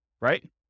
right